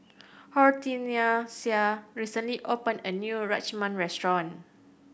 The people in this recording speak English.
Hortencia recently opened a new Rajma Restaurant